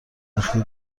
وقتی